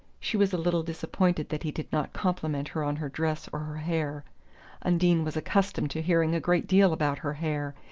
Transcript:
she was a little disappointed that he did not compliment her on her dress or her hair undine was accustomed to hearing a great deal about her hair,